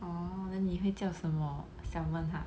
orh then 你会叫什么 salmon ah